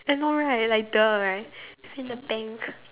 I know right like !duh! right in the bank